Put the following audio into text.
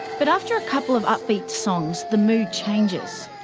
but after a couple of upbeat songs, the mood changes,